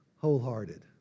wholehearted